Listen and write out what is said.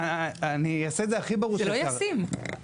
זה לא ישים.